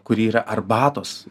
kuri yra arbatos